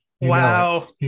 Wow